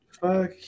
Fuck